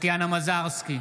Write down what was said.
טטיאנה מזרסקי,